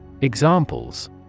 Examples